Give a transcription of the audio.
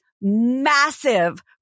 massive